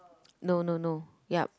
no no no yup